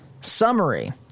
summary